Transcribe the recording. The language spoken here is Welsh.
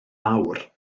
awr